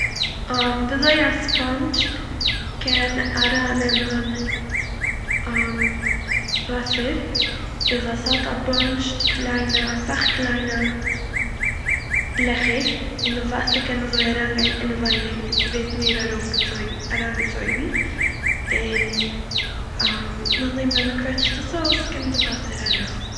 וויזוי א ספאנדזש קען ארייננעמען וואסער איז אז ס'האט א באנטש קליינע- אסאך קליינע לעכער און די וואסער קען אזוי אריינגיין אינעווייניג און ס'ווערט מער ארויפגעצויגן- אריינגעצויגן, און נאכדעם ווען מ'קוועטשט עס אויס קומט די וואסער ארויס.